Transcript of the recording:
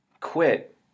quit